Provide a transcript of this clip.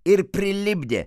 ir prilipdė